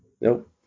Nope